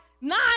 nine